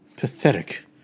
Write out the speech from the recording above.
Pathetic